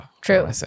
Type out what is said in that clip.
True